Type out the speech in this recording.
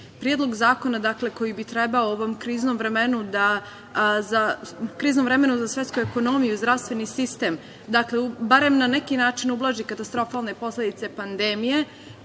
predlog zakona koji bi trebalo u ovom kriznom vremenu za svetsku ekonomiju i zdravstveni sistem barem na neki način ublaži katastrofalne posledice pandemije.